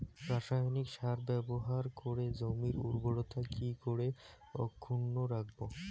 রাসায়নিক সার ব্যবহার করে জমির উর্বরতা কি করে অক্ষুণ্ন রাখবো